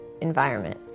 environment